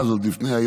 עוד לפני,